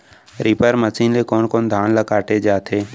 Reaper machine ले कोन कोन धान ल काटे जाथे?